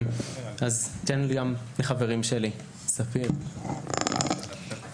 אני מבקש לאפשר לחבריי להתייחס.